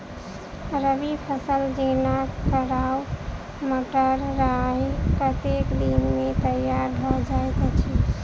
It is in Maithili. रबी फसल जेना केराव, मटर, राय कतेक दिन मे तैयार भँ जाइत अछि?